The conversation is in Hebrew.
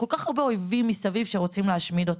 כל כך הרבה אויבים מסביב שרוצים להשמיד אותה.